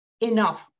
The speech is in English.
enough